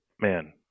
man